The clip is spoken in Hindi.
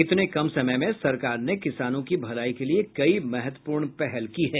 इतने कम समय में सरकार ने किसानों की भलाई के लिए कई महत्वपूर्ण पहल की हैं